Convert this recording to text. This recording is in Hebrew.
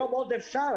היום עוד אפשר,